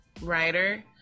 writer